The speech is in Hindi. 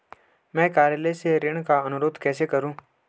मैं कार्यालय से ऋण का अनुरोध कैसे करूँ?